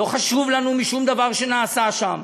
לא חשוב לנו שום דבר שנעשה שם.